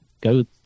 Go